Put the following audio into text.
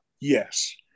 yes